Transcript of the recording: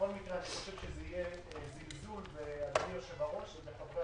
אני חושב שזה יהיה זלזול ביושב הראש ובחברי